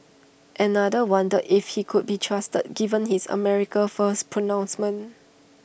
another wondered if he could be trusted given his America First pronouncements